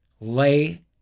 lay